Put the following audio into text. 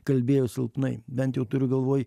kalbėjo silpnai bent jau turiu galvoj